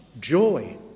joy